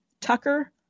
Tucker